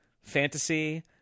fantasy